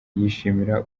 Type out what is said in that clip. yishimira